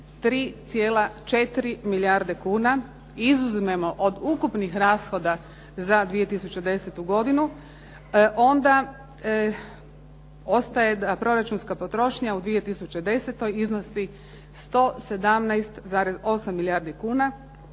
3,4 milijarde kuna, izuzmemo od ukupnih rashoda za 2010. godinu, onda ostaje proračunska potrošnja u 2010. iznosi 117,8 milijardi kuna,